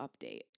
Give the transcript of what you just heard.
update